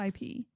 IP